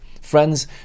Friends